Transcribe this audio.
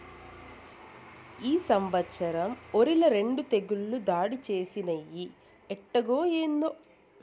ఈ సంవత్సరం ఒరిల రెండు తెగుళ్ళు దాడి చేసినయ్యి ఎట్టాగో, ఏందో